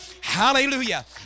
Hallelujah